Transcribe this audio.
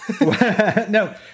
No